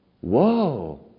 Whoa